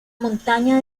montaña